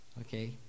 Okay